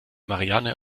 marianne